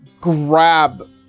grab